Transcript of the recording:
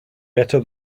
better